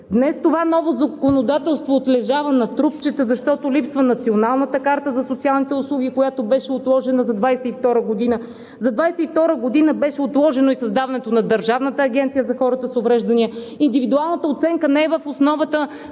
днес това ново законодателство отлежава на трупчета, защото липсва Националната карта за социалните услуги, която беше отложена за 2022 г. За 2022 г. беше отложено и създаването на Държавната агенция за хората с увреждания. Индивидуалната оценка не е в основата